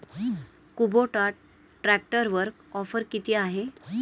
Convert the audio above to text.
Kubota ट्रॅक्टरवर offer किती आहे?